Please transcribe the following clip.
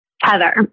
heather